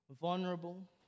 vulnerable